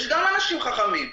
יש גם אנשים חכמים.